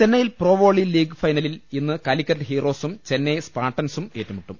ചെന്നൈയിൽ pro volley league ഫൈനലിൽ ഇന്ന് കാലി ക്കറ്റ് ഹീറോസും ചെന്നൈ സ്പാർട്ടൻസും ഏറ്റുമുട്ടും